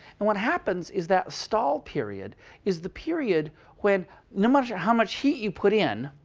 and what happens is that stall period is the period when no matter how much heat you put in,